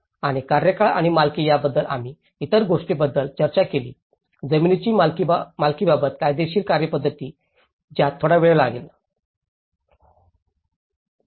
आणि कार्यकाळ आणि मालकी याबद्दल आम्ही इतर गोष्टींबद्दल चर्चा केली जमीनीच्या मालकीबाबत कायदेशीर कार्यपद्धती ज्यात थोडा वेळ लागला